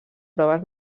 proves